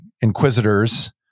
inquisitors